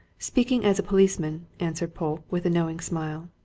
speaking as a policeman, answered polke, with a knowing smile,